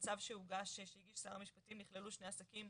בצו שהוגש שנמסר לשר המשפטים נכללו שני עסקים,